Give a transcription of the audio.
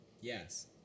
Yes